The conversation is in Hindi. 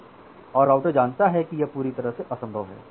और राउटर जानता है कि यह पूरी तरह से असंभव है